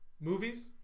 movies